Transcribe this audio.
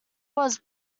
was